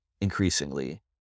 increasingly